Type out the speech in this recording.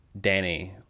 Danny